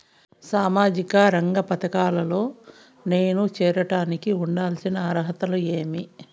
సామాజిక రంగ పథకాల్లో నేను చేరడానికి ఉండాల్సిన అర్హతలు ఏమి?